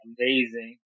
amazing